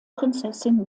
prinzessin